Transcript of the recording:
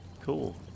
Cool